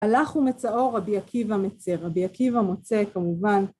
הלך ומצאו רבי עקיבא מצר, רבי עקיבא מוצא כמובן.